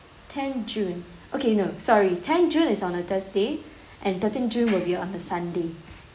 ten june okay no sorry ten june is on a thursday and thirteen june will be on a sunday